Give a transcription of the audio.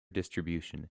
distribution